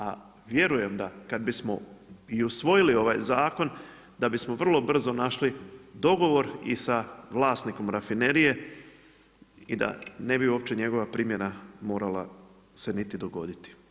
A vjerujem da kada bismo usvojili ovaj zakon da bismo vrlo brzo našli dogovor i sa vlasnikom rafinerije i da ne bi uopće njegova primjena morala se niti dogoditi.